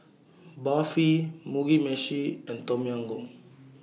Barfi Mugi Meshi and Tom Yam Goong